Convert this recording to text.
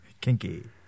Kinky